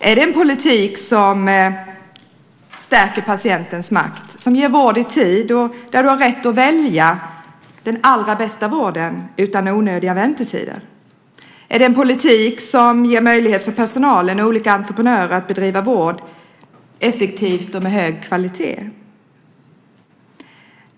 Är det en politik som stärker patientens makt, ger vård i tid och ger dig rätt att välja den allra bästa vården utan onödiga väntetider? Är det en politik som ger möjligheter för personalen och för olika entreprenörer att bedriva vård effektivt och med hög kvalitet?